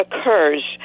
occurs